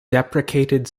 deprecated